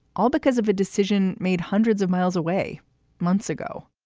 all because of a decision made hundreds of miles away months ago